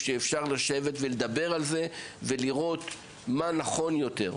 שאפשר לשבת ולדבר על זה ולראות מה נכון יותר,